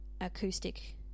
acoustic